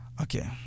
okay